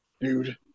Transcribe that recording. Dude